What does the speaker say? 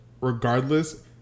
regardless